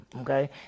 okay